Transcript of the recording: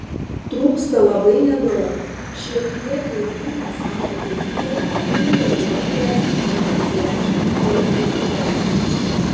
trūksta labai nedaug šiek tiek reiklumo savo kūrybai ir lietuva turės dar dešimt puikių poečių